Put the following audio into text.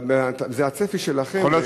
אבל זה הצפי שלכם.